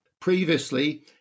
Previously